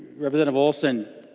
representative olson